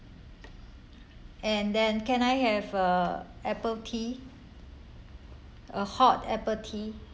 and then can I have a apple tea uh hot apple tea